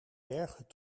berghut